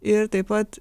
ir taip pat